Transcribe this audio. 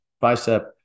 bicep